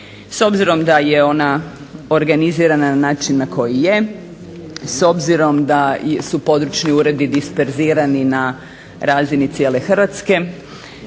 S obzirom da je ona organizirana na način na koji je, s obzirom da su područni uredi disperzirani na razini cijele Hrvatske